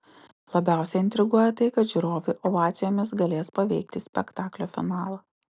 labiausiai intriguoja tai kad žiūrovai ovacijomis galės paveikti spektaklio finalą